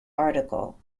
article